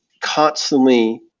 constantly